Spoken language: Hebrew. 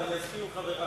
אבל אני אסכים עם חברי.